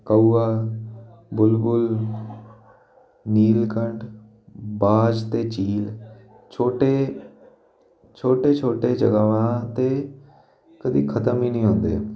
ਕਊਆ ਬੁਲਬੁਲ ਨੀਲਕੰਠ ਬਾਜ ਅਤੇ ਚੀਲ ਛੋਟੇ ਛੋਟੇ ਛੋਟੇ ਜਗ੍ਹਾਵਾਂ 'ਤੇ ਕਦੀ ਖਤਮ ਹੀ ਨਹੀਂ ਹੁੰਦੇ